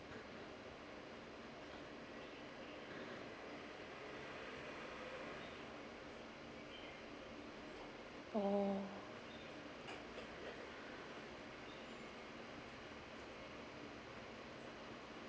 oh